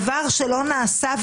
דבר שלא נעשה?